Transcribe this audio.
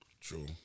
True